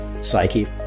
psyche